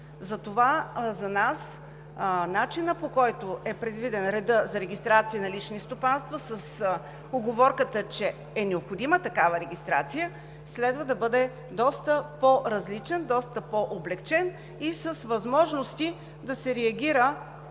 Затова за нас начинът, по който е предвиден редът за регистрация на лични стопанства, с уговорката, че е необходима такава регистрация, следва да бъде доста по-различен, доста по-облекчен и с възможности да се реагира